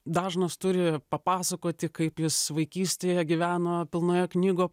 dažnas turi papasakoti kaip jis vaikystėje gyveno pilnoje knygo